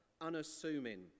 unassuming